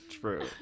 true